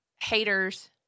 haters